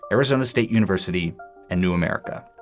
arizona state university and new america.